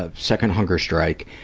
ah second hunger strike,